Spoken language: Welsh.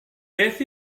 beth